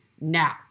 now